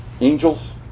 angels